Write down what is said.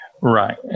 right